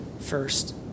first